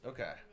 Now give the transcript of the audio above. Okay